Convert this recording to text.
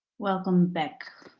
welcome back.